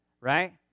Right